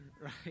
Right